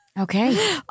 Okay